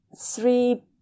three